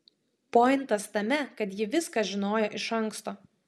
pointas tame kad ji viską žinojo iš anksto